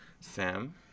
Sam